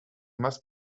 must